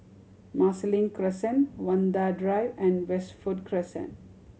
Marsiling Crescent Vanda Drive and Westwood Crescent